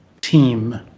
team